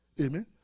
amen